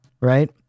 Right